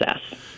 success